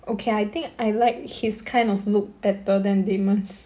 okay I think I like his kind of look better than damon's